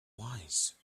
wise